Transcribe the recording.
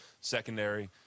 secondary